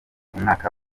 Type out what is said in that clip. umwaka